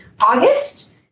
August